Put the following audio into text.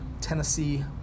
Tennessee